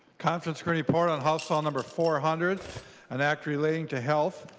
conference committee report on house file number four hundred and act related to health.